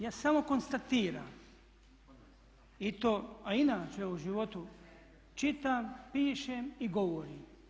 Ja samo konstatiram i to a inače ja u životu čitam, pišem i govorim.